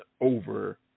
over